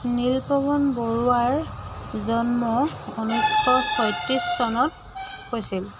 নীলপৱন বৰুৱাৰ জন্ম ঊনৈছশ ছয়ত্ৰিছ চনত হৈছিল